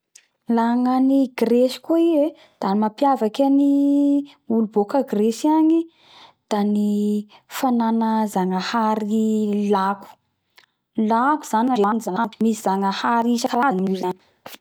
La gna ny Grece koa i e da gny mapiavaky ny olo boka a Grecy agny da ny fanana Zagnahary lako lako zany ny Zanahary ndreo agny